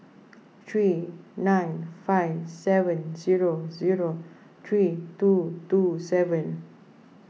three nine five seven zero zero three two two seven